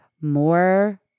more